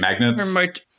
magnets